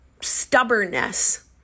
stubbornness